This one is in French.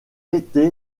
été